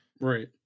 Right